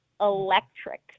electric